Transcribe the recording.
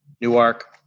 newark,